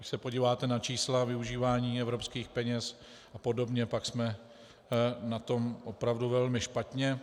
Když se podíváte na čísla využívání evropských peněz a podobně, tak jsme na tom opravdu velmi špatně.